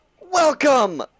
welcome